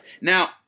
Now